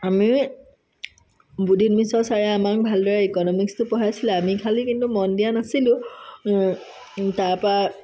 আমি বুদিত মিশ্ৰ ছাৰে আমাক ভালদৰে ইকনমিকছটো পঢ়াইছিলে আমি খালী কিন্তু মন দিয়া নাছিলো তাৰপা